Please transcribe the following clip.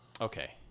okay